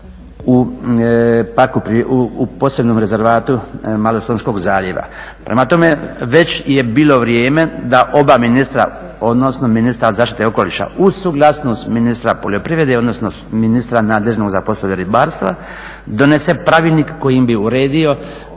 u posebnom rezervatu Malostonskog zaljeva. Prema tome, već je bilo vrijeme da oba ministra odnosno ministar zaštite okoliša uz suglasnost ministra poljoprivrede odnosno ministra nadležnog za poslove ribarstva donese pravilnik kojim bi uredio